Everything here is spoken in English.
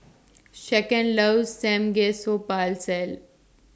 Shaquan loves